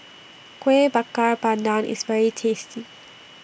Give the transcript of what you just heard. Kueh Bakar Pandan IS very tasty